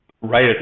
right